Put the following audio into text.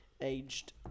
aged